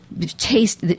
taste